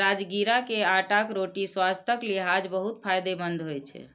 राजगिरा के आटाक रोटी स्वास्थ्यक लिहाज बहुत फायदेमंद होइ छै